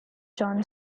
john